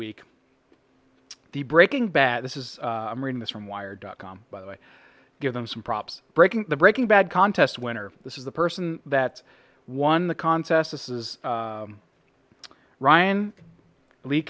week the breaking bad this is i'm reading this from wired dot com by the way give them some props breaking the breaking bad contest winner this is the person that won the contest this is ryan lee